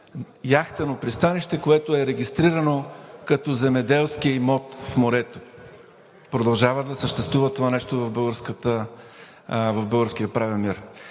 яхтено пристанище, което е регистрирано като земеделски имот в морето. Продължава да съществува това нещо в българския правен мир!